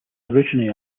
originally